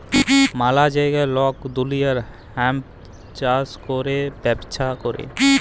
ম্যালা জাগায় লক দুলিয়ার হেম্প চাষ ক্যরে ব্যবচ্ছা ক্যরে